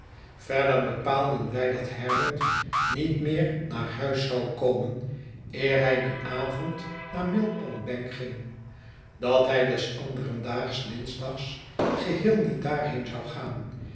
verder bepaalden wy dat herbert niet meer naar huis zou komen eer hij dien avond naar millpondbank ging dat hij des anderen daags dinsdags geheel niet daarheen zou gaan